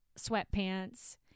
sweatpants